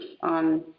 on